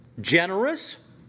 generous